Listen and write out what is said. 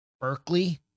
Berkeley